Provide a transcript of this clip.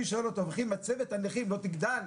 אני שואל אותו: וכי מצבת הנכים לא תגדל?